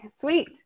sweet